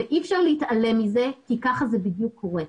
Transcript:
אי אפשר להתעלם מזה כי כך זה בדיוק קורה.